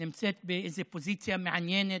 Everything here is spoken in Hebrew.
נמצאת באיזו פוזיציה מעניינת,